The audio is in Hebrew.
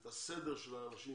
את הסדר של האנשים